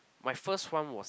my first one was